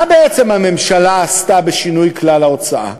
מה בעצם הממשלה עשתה בשינוי כלל ההוצאה?